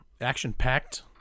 action-packed